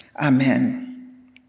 Amen